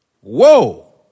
Whoa